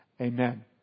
Amen